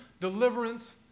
deliverance